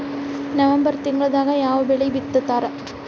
November ತಿಂಗಳದಾಗ ಯಾವ ಬೆಳಿ ಬಿತ್ತತಾರ?